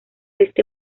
este